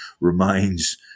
remains